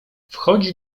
wchodzi